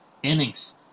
Innings